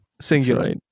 Singular